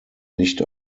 nicht